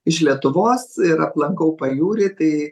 iš lietuvos ir aplankau pajūrį tai